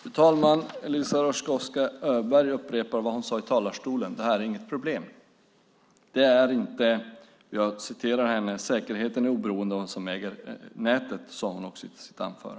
Fru talman! Eliza Roszkowska Öberg upprepar vad hon sade i talarstolen tidigare, nämligen att detta inte är något problem. Hon sade också att säkerheten är oberoende av vem som äger nätet.